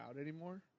anymore